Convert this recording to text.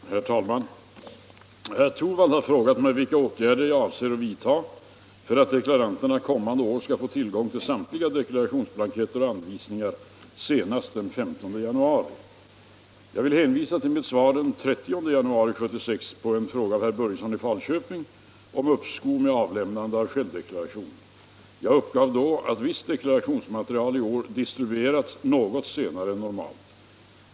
211, och anförde: Herr talman! Herr Torwald har frågat mig vilka åtgärder jag avser att vidtaga för att deklaranterna kommande år skall få tillgång till samtliga deklarationsblanketter och anvisningar senast den 15 januari. Jag vill hänvisa till mitt svar den 30 januari 1976 på en fråga av herr Börjesson i Falköping om uppskov med avlämnande av självdeklaration. Jag uppgav då att visst deklarationsmaterial i år distribuerats något senare än normalt.